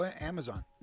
Amazon